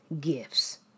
gifts